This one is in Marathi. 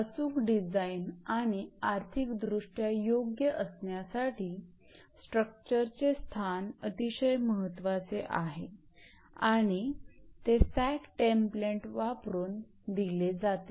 अचूक डिझाईन आणि आर्थिक दृष्ट्या योग्य असण्यासाठी स्ट्रक्चरचे स्थान अतिशय महत्वाचे आहे आणि ते सॅग टेम्प्लेट वापरून दिले जाते